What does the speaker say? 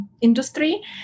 industry